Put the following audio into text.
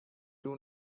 two